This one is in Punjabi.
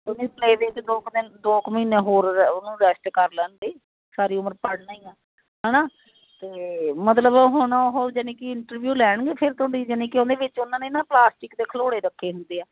ਕਿਉਂਕੀ ਮਈ ਵਿੱਚ ਦੋ ਕ ਦਿਨ ਦੋ ਕ ਮਹੀਨੇ ਹੋਰ ਉਹਨੂੰ ਰੈਸਟ ਕਰ ਲੈਣ ਦੇ ਸਾਰੀ ਉਮਰ ਪੜ੍ਹਨਾ ਈ ਆ ਹਨਾ ਤੇ ਮਤਲਬ ਹੁਣ ਉਹ ਜਾਨੀ ਕੀ ਇੰਟਰਵਿਊ ਲੈਣਗੇ ਫਿਰ ਤੁਹਾਡੀ ਜਾਨੀ ਕ ਉਹਨੇ ਵਿੱਚ ਉਹਨਾਂ ਨੇ ਨਾ ਪਲਾਸਟਿਕ ਦੇ ਖਲੋਣੇ ਰੱਖੇ ਹੁੰਦੇ ਆ